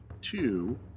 two